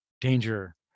danger